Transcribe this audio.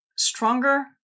stronger